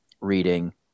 reading